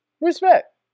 respect